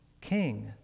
King